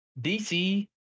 DC